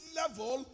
level